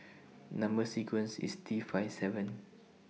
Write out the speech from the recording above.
Number sequence IS T five seven